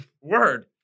Word